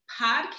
podcast